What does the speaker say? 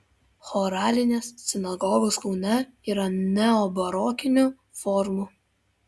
choralinės sinagogos kaune yra neobarokinių formų